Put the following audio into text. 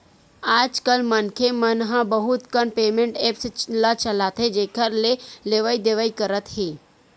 आजकल मनखे मन ह बहुत कन पेमेंट ऐप्स ल चलाथे जेखर ले लेवइ देवइ करत हे